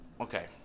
okay